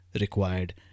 required